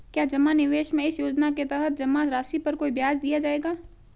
क्या जमा निवेश में इस योजना के तहत जमा राशि पर कोई ब्याज दिया जाएगा?